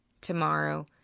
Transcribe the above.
tomorrow